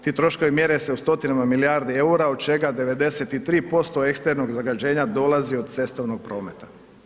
Ti troškova mjere se u stotinama milijardi EUR-a od čega 93% eksternog zagađenja dolazi od cestovnog prometa.